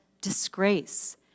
disgrace